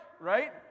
right